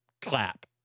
clap